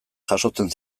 jasotzen